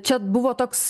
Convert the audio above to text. čia buvo toks